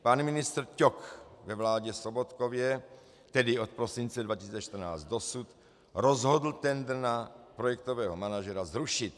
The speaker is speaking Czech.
Pan ministr Ťok ve vládě Sobotkově, tedy od prosince 2014 dosud, rozhodl tendr na projektového manažera zrušit.